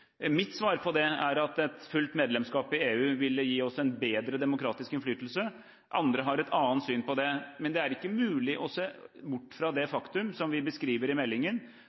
Mitt svar på det er at et fullt medlemskap i EU ville gi oss en bedre demokratisk innflytelse. Andre har et annet syn på det. Men det er ikke mulig å se bort fra det faktum som vi beskriver i meldingen,